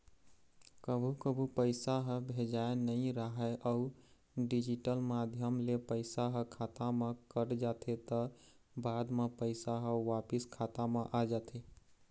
कभू कभू पइसा ह भेजाए नइ राहय अउ डिजिटल माध्यम ले पइसा ह खाता म कट जाथे त बाद म पइसा ह वापिस खाता म आ जाथे